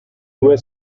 due